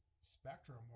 spectrum